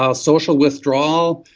ah social withdrawal.